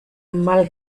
mal